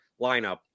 lineup